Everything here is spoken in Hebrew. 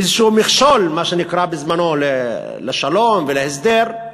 איזשהו "מכשול" מה שנקרא בזמנו, לשלום ולהסדר,